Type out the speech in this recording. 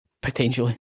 Potentially